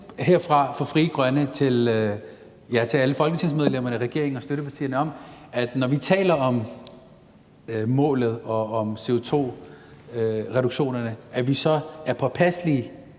fra Frie Grønne til alle folketingsmedlemmerne, regeringen og støttepartierne om, at vi, når vi taler om målet og om CO2-reduktionerne, er påpasselige,